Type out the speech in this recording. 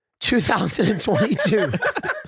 2022